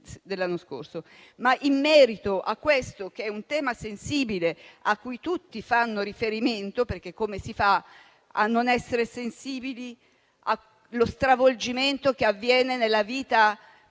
scorso. Questo è un tema sensibile, a cui tutti fanno riferimento, perché come si fa a non essere sensibili allo stravolgimento che avviene nella vita di una